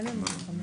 תודה רבה לכולם.